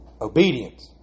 Obedience